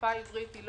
השפה העברית אינה